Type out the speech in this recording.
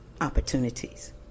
opportunities